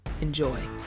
Enjoy